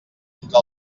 entre